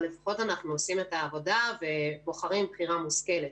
אבל לפחות אנחנו עושים את העבודה ובוחרים בחירה מושכלת.